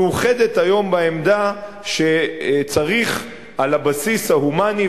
מאוחדת היום בעמדה שצריך על הבסיס ההומני,